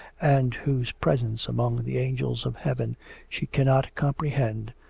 and whose presence among the angels of heaven she cannot comprehend,